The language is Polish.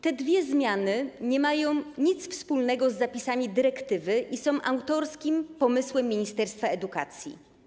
Te dwie zmiany nie mają nic wspólnego z zapisami dyrektywy i są autorskim pomysłem ministerstwa edukacji.